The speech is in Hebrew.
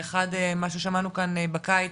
האחד מה ששמענו כאן בקיץ,